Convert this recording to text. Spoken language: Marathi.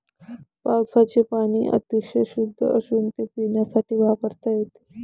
पावसाचे पाणी अतिशय शुद्ध असून ते पिण्यासाठी वापरता येते